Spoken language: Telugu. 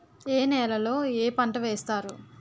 ఏ నేలలో ఏ పంట వేస్తారు?